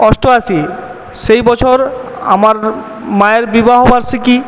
অষ্টআশি সেই বছর আমার মায়ের বিবাহবার্ষিকী